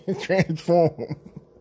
Transform